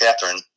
Catherine